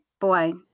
boy